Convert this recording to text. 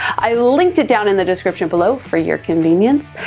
i linked it down in the description below for you convenience.